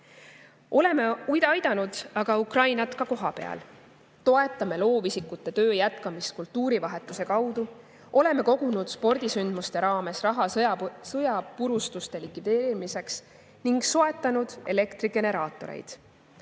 Oleme aidanud Ukrainat ka kohapeal. Toetame loovisikute töö jätkamist kultuurivahetuse kaudu, oleme kogunud spordisündmuste raames raha sõjapurustuste likvideerimiseks ning soetanud elektrigeneraatoreid.